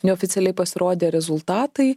neoficialiai pasirodė rezultatai